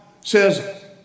says